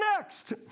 next